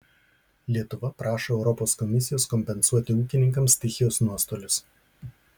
lietuva prašo europos komisijos kompensuoti ūkininkams stichijos nuostolius